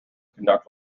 conduct